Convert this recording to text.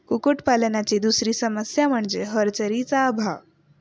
कुक्कुटपालनाची दुसरी समस्या म्हणजे हॅचरीचा अभाव